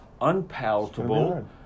unpalatable